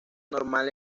normal